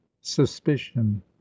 Suspicion